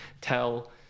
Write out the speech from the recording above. tell